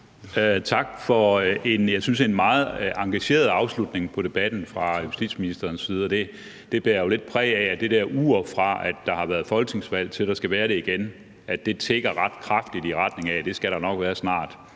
synes jeg, meget engageret afslutning på debatten fra justitsministerens side. Det bærer jo lidt præg af, at det der ur, i forhold til hvornår der var folketingsvalg, og hvornår der skal være det igen, tikker ret kraftigt i retning af, at det skal der nok snart